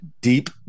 deep